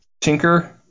Tinker